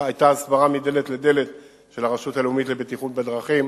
היתה הסברה מדלת לדלת של הרשות הלאומית לבטיחות בדרכים,